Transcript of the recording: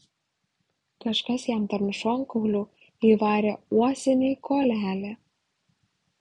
kažkas jam tarp šonkaulių įvarė uosinį kuolelį